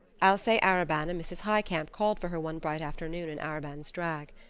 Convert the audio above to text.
alcee arobin and mrs. highcamp called for her one bright afternoon in arobin's drag.